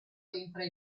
entra